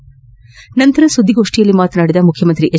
ಇದೇ ವೇಳೆ ಸುದ್ದಿಗೋಷ್ಠಿಯಲ್ಲಿ ಮಾತನಾಡಿದ ಮುಖ್ಯಮಂತ್ರಿ ಎಚ್